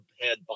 head